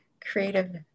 creative